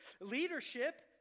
leadership